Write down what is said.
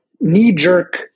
knee-jerk